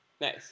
nice